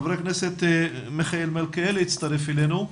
חבר הכנסת מיכאל מלכיאלי הצטרף אלינו.